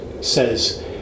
says